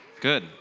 Good